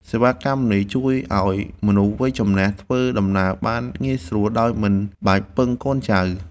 សេវាកម្មនេះជួយឱ្យមនុស្សវ័យចំណាស់ ធ្វើដំណើរបានងាយស្រួលដោយមិនបាច់ពឹងកូនចៅ។